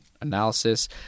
analysis